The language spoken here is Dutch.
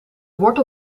wortel